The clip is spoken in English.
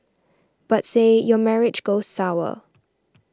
but say your marriage goes sour